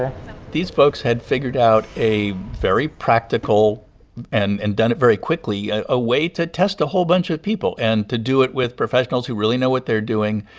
ah these folks had figured out a very practical and and done it very quickly, a way to test a whole bunch of people and to do it with professionals who really know what they're doing.